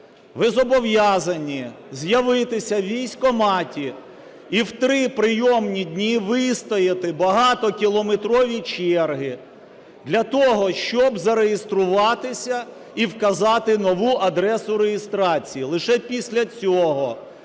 ви зобов'язані з'явитися у військкоматі і в три прийомні дні вистояти багатокілометрові черги для того, щоб зареєструватися і вказати нову адресу реєстрації. Лише після цього